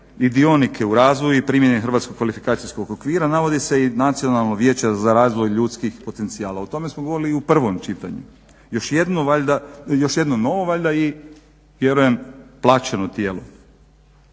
i dionike u razvoju i primjeni hrvatskog kvalifikacijskog okvira navodi se i nacionalno vijeće za razvoj ljudskih potencijala. O tome smo govorili i o prvom čitanju. Još jedno novo valjda i vjerujem plaćeno tijelo.